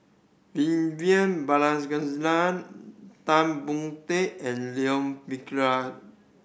Vivian Tan Boon Teik and Leon